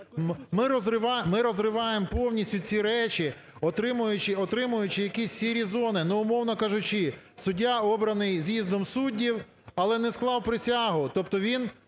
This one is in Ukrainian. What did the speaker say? Ми розриваємо повністю ці речі, отримуючи якісь "сірі зони". Ну, умовно кажучи, суддя обраний з'їздом суддів, але не склав присягу, тобто він